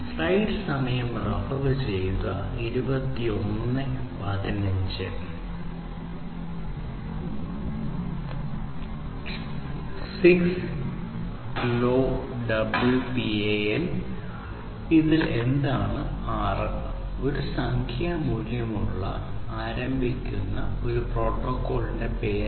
6LoWPAN ഇത് എന്താണ് 6 ഒരു സംഖ്യാ മൂല്യമുള്ള സംഖ്യാ മൂല്യത്തിൽ ആരംഭിക്കുന്ന ഒരു പ്രോട്ടോക്കോളിന്റെ പേര്